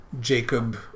Jacob